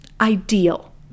ideal